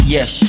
Yes